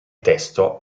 testo